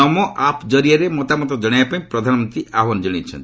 ନମୋ app କରିଆରେ ମତାମତ କଣାଇବା ପାଇଁ ପ୍ରଧାନମନ୍ତ୍ରୀ ଆହ୍ୱାନ ଜଣାଇଛନ୍ତି